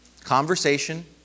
conversation